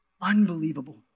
Unbelievable